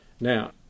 now